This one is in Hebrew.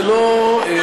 זה לא שייך.